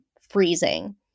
freezing